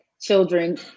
children